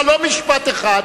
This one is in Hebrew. זה לא משפט אחד.